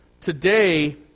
today